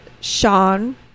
Sean